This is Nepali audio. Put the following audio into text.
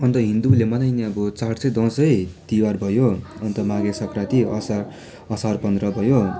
अन्त हिन्दूले मनाइने अब चाड चाहिँ दसैँ तिहार भयो अन्त माघे सङ्क्रान्ति असार असार पन्ध्र भयो